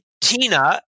Tina